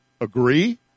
agree